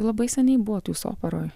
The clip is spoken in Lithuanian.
labai seniai buvot jūs operoj